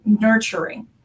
nurturing